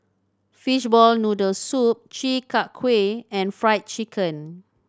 fishball noodle soup Chi Kak Kuih and Fried Chicken